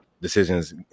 decisions